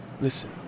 Listen